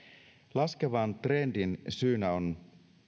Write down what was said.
laskevan trendin syynä on